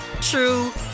true